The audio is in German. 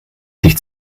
sich